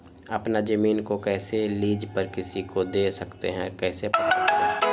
अपना जमीन को कैसे लीज पर किसी को दे सकते है कैसे पता करें?